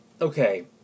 okay